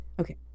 Okay